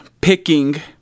picking